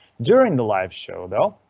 during the live show though,